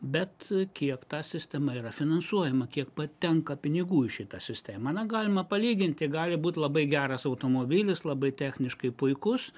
bet kiek ta sistema yra finansuojama kiek patenka pinigų į šitą sistemą na galima palyginti gali būt labai geras automobilis labai techniškai puikus